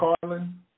Carlin